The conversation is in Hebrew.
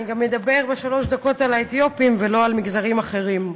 אני גם אדבר שלוש דקות על האתיופים ולא על מגזרים אחרים,